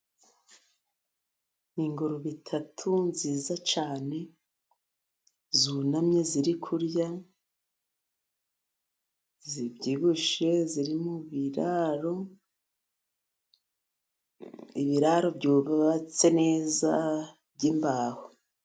Ni ingurube eshatu nziza cyane, zunamye, ziri kurya, zibyibushye, ziri mu biraro, ibiraro byubatse neza by'imbaho.